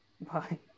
Bye